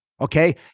okay